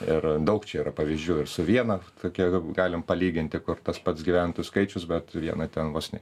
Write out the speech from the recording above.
ir daug čia yra pavyzdžių ir su viena tokia galim palyginti kur tas pats gyventojų skaičius bet viena ten vos ne